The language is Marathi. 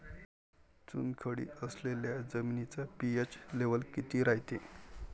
चुनखडी असलेल्या जमिनीचा पी.एच लेव्हल किती रायते?